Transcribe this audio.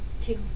Two